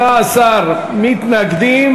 18 נגד.